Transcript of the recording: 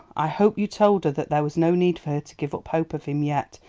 i hope you told her that there was no need for her to give up hope of him yet,